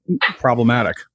problematic